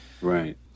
Right